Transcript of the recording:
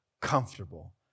comfortable